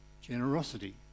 generosity